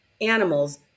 animals